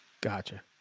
gotcha